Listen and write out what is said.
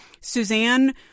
Suzanne